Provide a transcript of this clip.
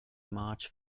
march